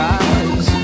eyes